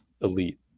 elite